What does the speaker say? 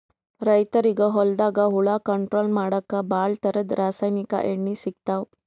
ರೈತರಿಗ್ ಹೊಲ್ದಾಗ ಹುಳ ಕಂಟ್ರೋಲ್ ಮಾಡಕ್ಕ್ ಭಾಳ್ ಥರದ್ ರಾಸಾಯನಿಕ್ ಎಣ್ಣಿ ಸಿಗ್ತಾವ್